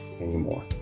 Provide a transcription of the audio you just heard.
anymore